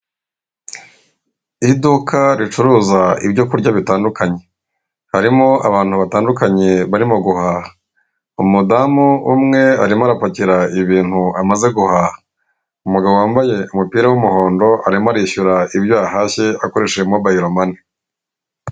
Iduka ricuruza ibyokurya bitandukanye, harimo abantu batandukanye barimoha, umudamu umwe arimo arapakira ibintu amaze guhaha, umugabo wambaye umupira w'umuhondo arimo arishyura ibyo yahashye akoresheje mobayiro mani.